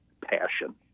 passion